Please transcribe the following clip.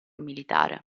militare